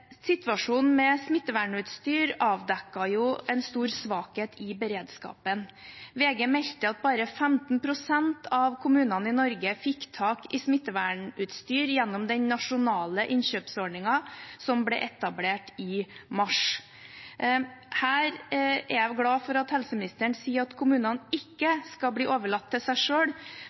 Situasjonen med smittevernutstyr avdekket jo en stor svakhet i beredskapen. VG meldte at bare 15 pst. av kommunene i Norge fikk tak i smittevernutstyr gjennom den nasjonale innkjøpsordningen som ble etablert i mars. Her er jeg glad for at helseministeren sier at kommunene ikke skal bli overlatt til seg